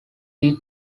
did